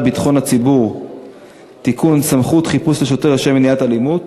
ביטחון הציבור (תיקון) (סמכות חיפוש לשוטר לשם מניעת אלימות),